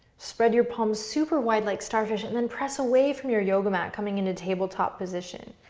spread your palms super wide like starfish and then press away from your yoga mat coming into table top position.